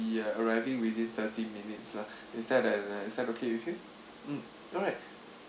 uh arriving within thirty minutes lah is that uh is that okay with you mm alright